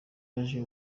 kandi